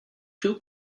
two